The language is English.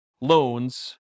loans